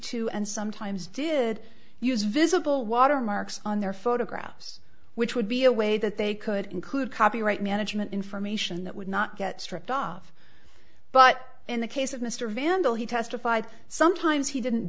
to and sometimes did use visible watermarks on their photographs which would be a way that they could include copyright management information that would not get stripped off but in the case of mr vandel he testified sometimes he didn't